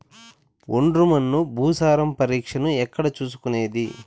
ఒండ్రు మన్ను భూసారం పరీక్షను ఎక్కడ చేసుకునేది?